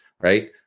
right